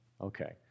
Okay